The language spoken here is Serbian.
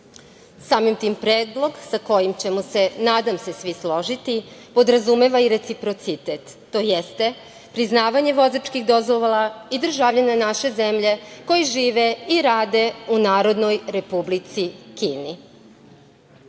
Samim tim, predlog sa kojim ćemo se, nadam se, svi složiti podrazumeva i reciprocitet, tj. priznavanje vozačkih dozvola i državljana naše zemlje koji žive i rade u Narodnoj Republici Kini.